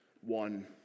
one